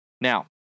now